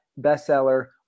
bestseller